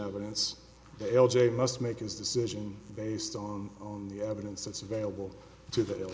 evidence l j must make his decision based on the evidence that's available to them